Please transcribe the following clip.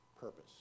purpose